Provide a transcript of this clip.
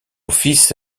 fils